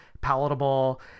palatable